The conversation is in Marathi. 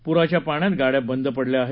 पुराच्या पाण्यात गाड्या बंद पडल्या आहेत